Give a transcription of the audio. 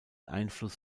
einfluss